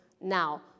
now